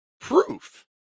proof